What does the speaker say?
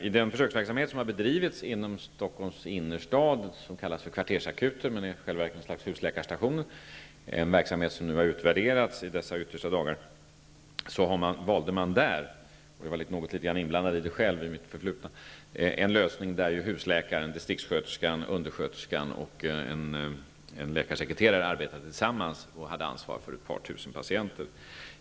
I Stockholms innerstad har bedrivits en försöksverksamhet med något som kallas för kvartersakuter, som i själva verket är ett slags husläkarstationer. Den verksamheten har nu utvärderats, i dessa yttersta dagar. Jag har varit något inblandad i det, i mitt förflutna. Där valde man ett system där husläka ren, distriktssköterskan, undersköterskan och en läkarsekreterare arbetar tillsammans och har ansvar för ett par tusen patienter.